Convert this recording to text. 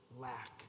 lack